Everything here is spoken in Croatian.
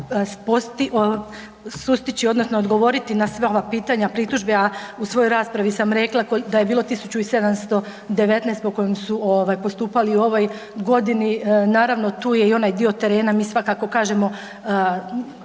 sustići odnosno odgovoriti na sva ova pitanja, pritužbe, a u svojoj raspravi sam rekla da je bilo 1719 po kojem su postupali u ovoj godini. Naravno tu je i onaj dio terena, mi svakako kažemo